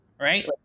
right